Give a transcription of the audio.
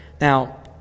Now